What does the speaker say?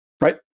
right